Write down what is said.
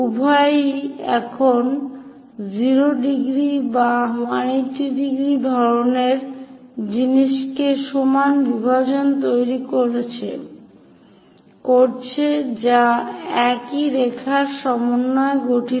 উভয়ই এখনও 0° বা 180° ধরনের জিনিসকে সমান বিভাজন তৈরি করছে যা একই রেখার সমন্বয়ে গঠিত